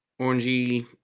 orangey